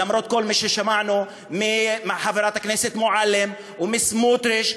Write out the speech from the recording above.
למרות כל מה ששמענו מחברת הכנסת מועלם ומסמוטריץ,